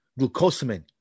glucosamine